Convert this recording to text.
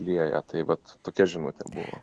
lieja tai vat tokia žinutė buvo